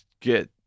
get